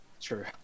True